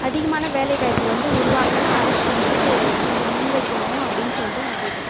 அதிகமான வேலைவாய்ப்பு வந்து உருவாக்க அரசு வந்து கொஞ்சம் முன்வைக்கணும் அப்படினு சொல்லிவிட்டு நான் கேட்டுக்கிறன்